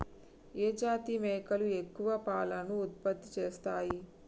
ఏ జాతి మేకలు ఎక్కువ పాలను ఉత్పత్తి చేస్తయ్?